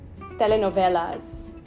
telenovelas